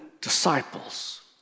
disciples